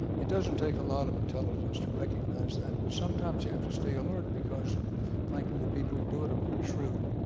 it doesn't take a lot of intelligence to recognize that but sometimes you have to stay alert because frankly the people who do it are pretty shrewd,